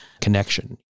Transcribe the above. connection